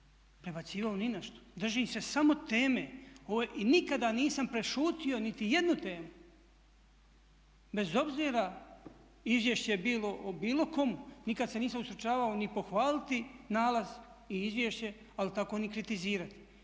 prebacivao ni na što, držim se samo teme i nikada nisam prešutio niti jednu temu bez obzira izvješće je bilo o bilo komu, nikada se nisam ustručavao ni pohvaliti nalaz i izvješće ali tako ni kritizirati.